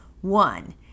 One